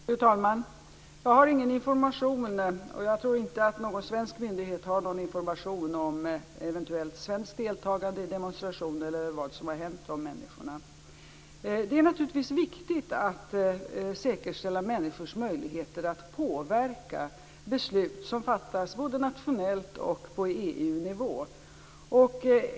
Fru talman! Jag har ingen information och jag tror inte att någon svensk myndighet har någon information om eventuellt svenskt deltagande i demonstrationer eller om vad som har hänt de människorna. Det är naturligtvis viktigt att säkerställa människors möjligheter att påverka beslut som fattas både nationellt och på EU-nivå.